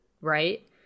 right